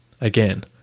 again